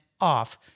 off